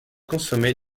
consommée